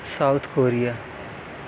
South Korea